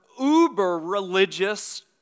uber-religious